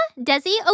Desi